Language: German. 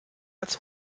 als